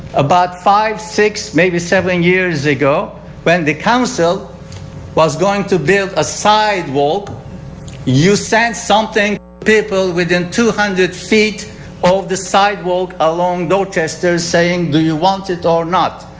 about five, six, maybe seven years ago when the council was going to build a sidewalk you sent something to people within two hundred feet of the sidewalk along dorchester saying do you want it or not.